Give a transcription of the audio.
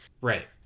right